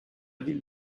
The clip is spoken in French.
ville